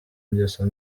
ngeso